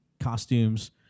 costumes